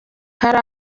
hari